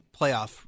playoff